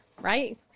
right